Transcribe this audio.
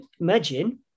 imagine